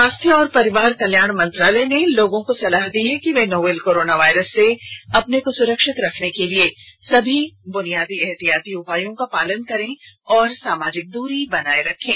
स्वास्थ्य और परिवार कल्याण मंत्रालय ने लोगों को सलाह दी है कि वे नोवल कोरोना वायरस से अपने को सुरक्षित रखने के लिए सभी बुनियादी एहतियाती उपायों का पालन करें और सामाजिक दुरी बनाए रखें